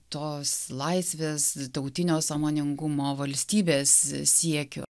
tos laisvės tautinio sąmoningumo valstybės siekiu